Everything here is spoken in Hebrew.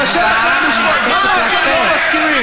קשה לכם לשמוע אם אתם לא מסכימים.